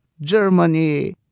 Germany